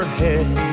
head